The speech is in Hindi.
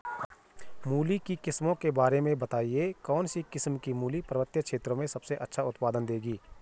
मूली की किस्मों के बारे में बताइये कौन सी किस्म की मूली पर्वतीय क्षेत्रों में सबसे अच्छा उत्पादन देंगी?